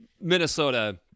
Minnesota